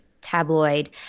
tabloid